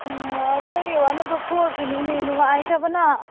ꯎꯝ ꯑꯩꯈꯣꯏꯒꯤ ward number ꯐꯣꯔꯁꯨꯅꯤꯅꯦ ꯅꯨꯡꯉꯥꯏꯇꯕꯅ